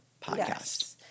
podcast